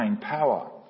power